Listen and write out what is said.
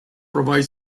provide